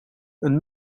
een